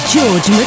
George